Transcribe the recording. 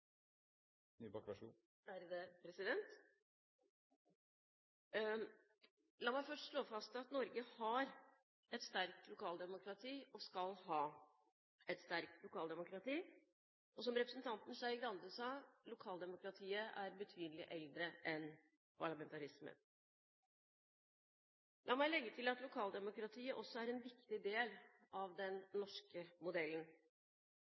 La meg først slå fast at Norge har et sterkt lokaldemokrati, og skal ha et sterkt lokaldemokrati – og, som representanten Skei Grande sa, lokaldemokratiet er betydelig eldre enn parlamentarismen. La meg legge til at lokaldemokratiet også er en viktig del av den norske modellen.